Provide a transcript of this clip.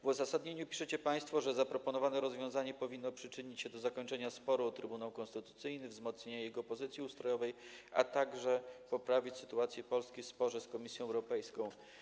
W uzasadnieniu piszecie państwo, że zaproponowane rozwiązanie powinno przyczynić się do zakończenia sporu o Trybunał Konstytucyjny, wzmocnienia jego pozycji ustrojowej, a także poprawić sytuację Polski w sporze z Komisją Europejską.